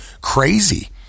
crazy